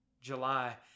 July